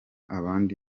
abandi